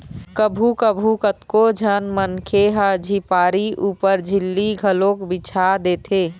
कभू कभू कतको झन मनखे ह झिपारी ऊपर झिल्ली घलोक बिछा देथे